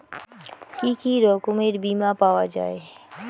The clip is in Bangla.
কি কি রকমের বিমা পাওয়া য়ায়?